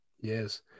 Yes